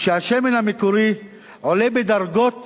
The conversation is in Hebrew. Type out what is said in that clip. שהשמן המקורי עולה בדרגות רבות,